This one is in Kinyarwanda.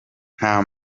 nta